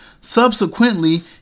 Subsequently